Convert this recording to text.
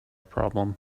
problem